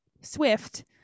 swift